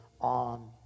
on